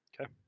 Okay